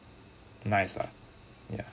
nice lah yeah